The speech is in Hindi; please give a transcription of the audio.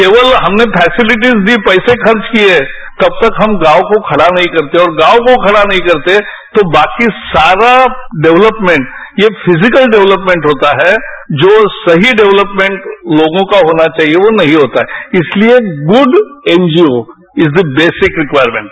केवल हमने फैसिलिटीज दी पैसे खर्च किए तब तक हम गांव को खड़ा नहीं करते और गांव को खड़ा नहीं करते तो बाकी सारा डवलपमेंट ये फिजिकल डवलपमेंट होता है जो सही डवलपमेंट लोगों का होना चाहिए वो नहीं होता है इसलिए good N G O is the basic requirement